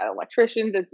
electricians